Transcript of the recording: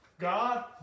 God